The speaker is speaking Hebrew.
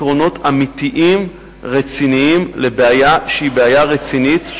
או שרוצים למצוא פתרונות אמיתיים ורציניים לבעיה רצינית,